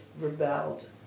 rebelled